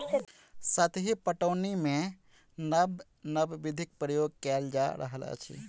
सतही पटौनीमे नब नब विधिक प्रयोग कएल जा रहल अछि